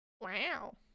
wow